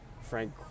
Frank